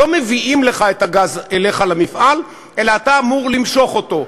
לא מביאים לך את הגז אליך למפעל אלא אתה אמור למשוך אותו.